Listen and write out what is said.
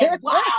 wow